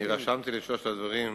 רשמתי לי את שלושת הדברים,